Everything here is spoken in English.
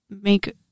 Make